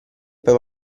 poi